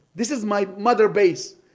this is my mother-base,